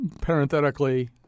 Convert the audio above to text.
parenthetically